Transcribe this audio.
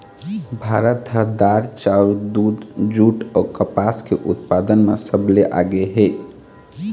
भारत ह दार, चाउर, दूद, जूट अऊ कपास के उत्पादन म सबले आगे हे